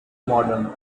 modern